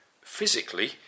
Physically